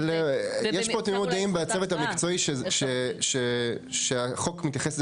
אבל יש פה תמימות דעים בצוות המקצועי שהחוק מתייחס לזה